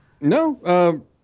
No